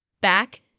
Back